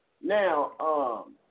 Now